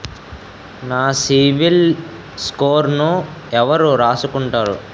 నా సిబిల్ స్కోరును ఎవరు రాసుకుంటారు